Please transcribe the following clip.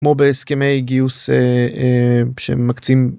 כמו בהסכמי גיוס שמקצים.